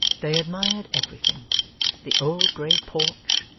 they admired everything the old grey porch,